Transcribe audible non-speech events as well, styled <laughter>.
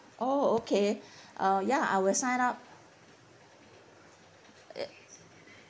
oh okay <breath> uh ya I will sign up <noise>